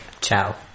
Ciao